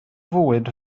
fwyd